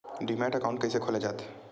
Demat account कइसे खोले जाथे?